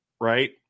right